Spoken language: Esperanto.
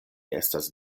estas